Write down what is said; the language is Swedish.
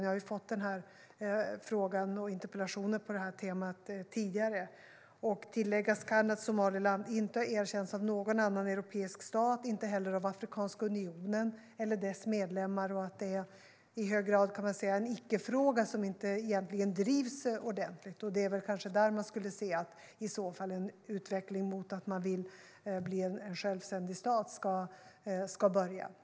Jag har fått den här frågan och interpellationer på det här temat tidigare. Tilläggas kan att Somaliland inte har erkänts av någon annan europeisk stat och inte heller av Afrikanska unionen eller dess medlemmar. Det är i hög grad en icke-fråga som egentligen inte drivs ordentligt, och det är kanske där en utveckling mot att man vill bli en självständig stat ska börja.